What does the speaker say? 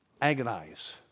agonize